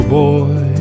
boy